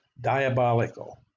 diabolical